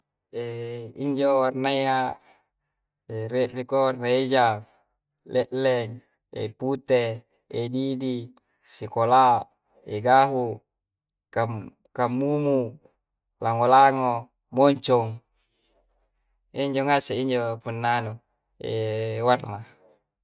injo warnaya re reko reija, le'leng, pute, edidi, sikolaa, gahu, kam kamumu, lango-lango, moncong, injo ngaseng injo puna'nu warna